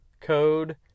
code